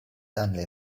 only